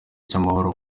cy’amahoro